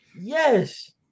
Yes